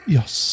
Yes